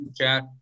chat